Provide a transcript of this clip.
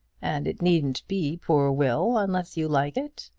and it needn't be poor will unless you like it.